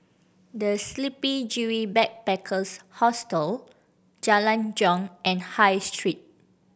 The Sleepy Kiwi Backpackers Hostel Jalan Jong and High Street